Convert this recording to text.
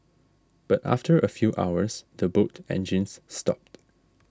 but after a few hours the boat engines stopped